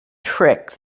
trick